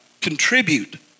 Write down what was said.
contribute